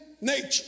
nature